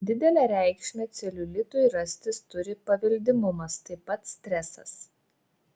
didelę reikšmę celiulitui rastis turi paveldimumas taip pat stresas